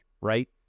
Right